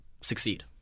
succeed